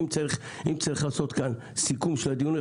אני חושב שאם צריך לעשות כאן סיכום של הדיון,